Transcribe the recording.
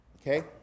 Okay